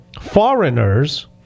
foreigners